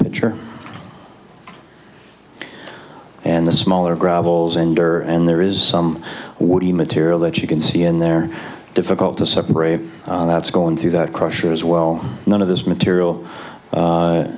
pitcher and the smaller gravel zinder and there is some woody material that you can see in there difficult to separate that's going through the crusher as well none of this material